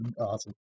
awesome